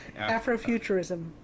Afrofuturism